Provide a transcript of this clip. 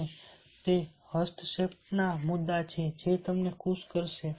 અને તે હસ્તક્ષેપના મુદ્દા છે જે તમને ખુશ કરશે